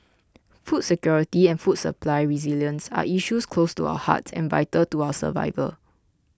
food security and food supply resilience are issues close to our hearts and vital to our survival